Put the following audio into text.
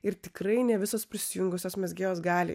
ir tikrai ne visos prisijungusios mezgėjos gali